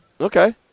Okay